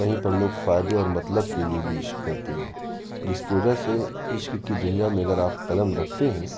کہیں پر لوگ فائدے اور مطلب کے لیے بھی عشق کرتے ہیں جس کی وجہ سے عشق کی دنیا میں اگر آپ قدم رکھتے ہیں